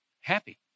happy